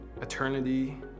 eternity